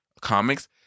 comics